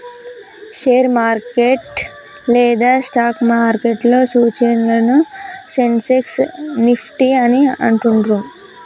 share market లేదా stock మార్కెట్లో సూచీలను సెన్సెక్స్, నిఫ్టీ అని అంటుండ్రు